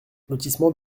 lotissement